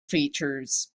features